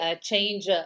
change